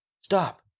Stop